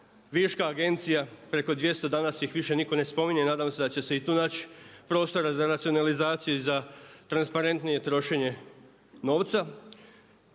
viška agencija, preko 200. Danas ih više nitko ne spominje. Nadam se da će se i tu naći prostora za racionalizaciju i transparentnije trošenje novca.